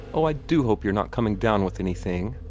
oh, i do hope you're not coming down with anything!